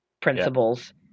principles